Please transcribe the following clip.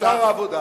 שר הרווחה בלבד.